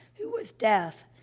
who was deaf,